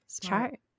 chart